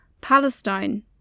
Palestine